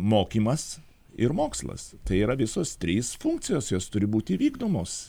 mokymas ir mokslas tai yra visos trys funkcijos jos turi būti vykdomos